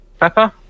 pepper